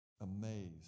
amazed